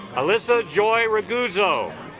alisa joy raghu's oh